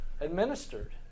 administered